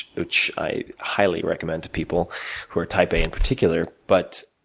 which i highly recommend to people who are type-a in particular. but,